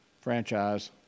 franchise